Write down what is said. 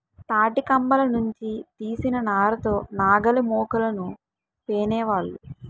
తాటికమ్మల నుంచి తీసిన నార తో నాగలిమోకులను పేనేవాళ్ళు